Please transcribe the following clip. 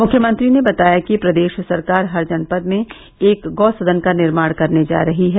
मुख्यमंत्री ने बताया कि प्रदेश सरकार हर जनपद में एक गौ सदन का निर्माण करने जा रही हैं